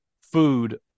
food